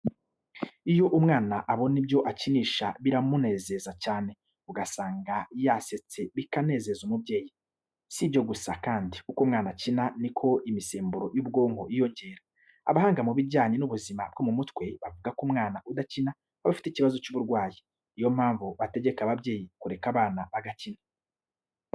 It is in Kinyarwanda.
Iyo umwana abona ibyo akinisha biramunezeza cyane ugasanga yasetse bikanezeza umubyeyi. Si ibyo gusa kandi uko umwana akina ni ko imisemburo y'ubwonko yiyongera. Abahanga mu bijyanye n'ubuzima bwo mu mutwe bavuga ko umwana udakina aba afite ikibazo cy'uburwayi. Ni yo mpamvu bategeka ababyeyi kureka abana bagakina.